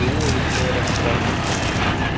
हू हिते रहंदा न